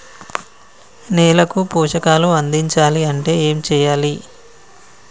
నేలకు పోషకాలు అందించాలి అంటే ఏం చెయ్యాలి?